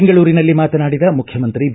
ಬೆಂಗಳೂರಿನಲ್ಲಿ ಮಾತನಾಡಿದ ಮುಖ್ಯಮಂತ್ರಿ ಬಿ